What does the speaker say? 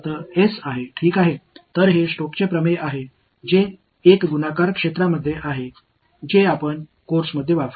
எனவே இது பெருக்கப்பட்ட இணைக்கப்பட்ட பகுதியில் ஸ்டாக்ஸ் தியரமாகும்Stoke's theorem இது நாம் நிச்சயமாகப் படத்திலும் அதற்குப் பிறகும் பயன்படுத்துவோம்